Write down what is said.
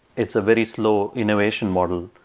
it's a very slow innovation model.